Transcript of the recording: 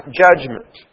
judgment